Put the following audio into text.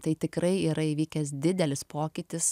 tai tikrai yra įvykęs didelis pokytis